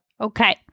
Okay